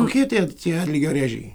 kokie tie tie atlygio rėžiai